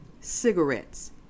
cigarettes